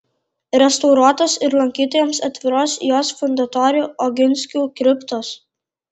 restauruotos ir lankytojams atviros jos fundatorių oginskių kriptos